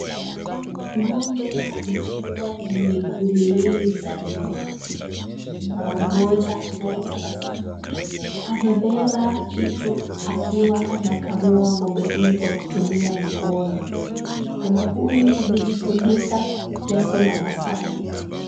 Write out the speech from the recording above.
Ng'ombe amefungwa miguu miwili za nyuma. Mama mmoja anayetabasamu amebeba kitu akiwa anakamua ng'ombe huyu kwa kutumia mkono. Mama huyu amejifunika leso la masai.